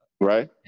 Right